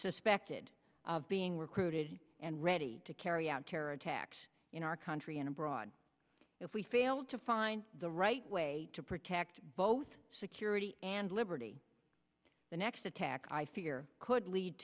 suspected of being recruited and ready to carry out terror attacks in our country and abroad if we fail to find the right way to protect both security and liberty the next attack i fear could lead